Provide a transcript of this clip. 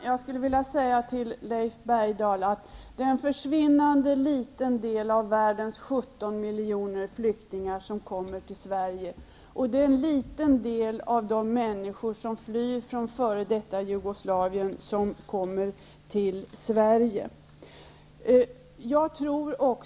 Herr talman! Det är en försvinnande liten andel, Leif Bergdahl, av världens 17 miljoner flyktingar som kommer till Sverige. Dessutom är det när det gäller de människor som flyr från f.d. Jugoslavien bara en liten andel som kommer till vårt land.